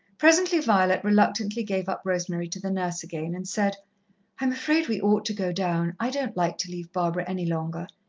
presently violet reluctantly gave up rosemary to the nurse again, and said i'm afraid we ought to go down. i don't like to leave barbara any longer.